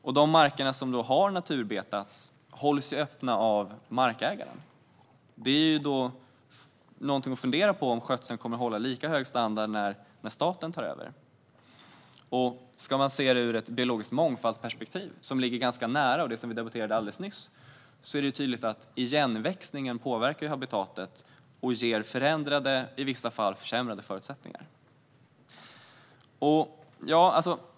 Och de marker som har naturbetats hålls öppna av markägaren. Kommer staten att hålla lika hög standard på skötseln när man tar över? Om vi ska se det utifrån ett perspektiv om biologisk mångfald - det ligger ganska nära, och vi debatterade det alldeles nyss - är det tydligt att igenväxningen påverkar habitatet och ger förändrade, i vissa fall försämrade, förutsättningar.